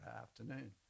afternoon